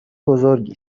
بزرگی